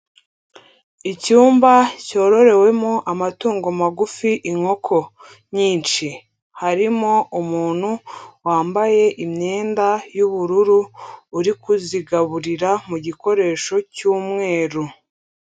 Icyumba cyororewemo amatungo magufi, inkoko nyinshi. Harimo umuntu wambaye imyenda y'ubururu, uri kuzigaburira mu gikoresho cy'umweru.